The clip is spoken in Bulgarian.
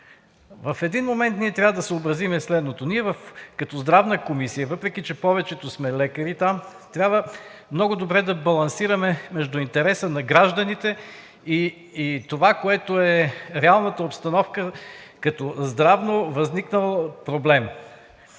В един момент ние трябва да съобразим следното. Ние като Здравна комисия, въпреки че повечето там сме лекари, трябва много добре да балансираме между интереса на гражданите и това, което е реалната обстановка като здравно възникнал проблем.